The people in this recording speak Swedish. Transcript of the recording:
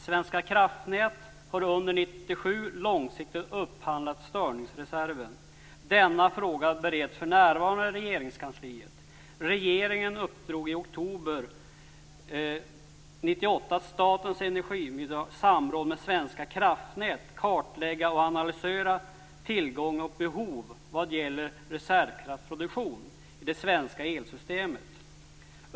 Svenska Kraftnät har under 1997 långsiktigt upphandlat störningsreserven. Frågan bereds för närvarande i Regeringskansliet. Regeringen uppdrog i oktober 1998 åt Statens energimyndighet att i samråd med Svenska Kraftnät kartlägga och analysera tillgång och behov vad gäller reservkraftsproduktion i det svenska elsystemet.